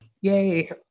yay